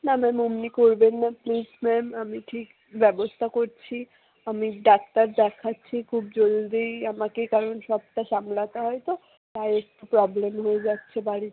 না ম্যাম ওমনি করবেন না প্লিজ ম্যাম আমি ঠিক ব্যবস্থা করছি আমি ডাক্তার দেখাচ্ছি খুব জরুরি আমাকে কারণ সবটা সামলাতে হয় তো তাই একটু প্রবলেম হয়ে যাচ্ছে বাড়িতে